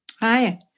Hi